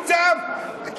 במקום לספר סיפורים.